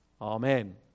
Amen